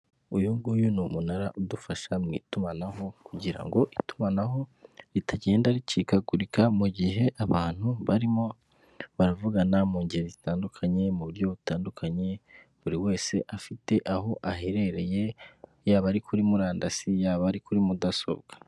Uyu nguyu ni umunara udufasha mu itumanaho kugira ngo itumanaho ritagenda ricikagurika, mu gihe abantu barimo baravugana mu ngeri zitandukanye, mu buryo butandukanye buri wese afite aho aherereye yaba ari kuri murandasi, yaba ari kuri mudasobwa.